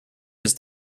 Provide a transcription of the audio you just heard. his